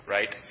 Right